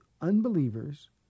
unbelievers